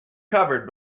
covered